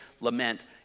lament